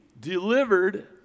delivered